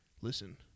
Listen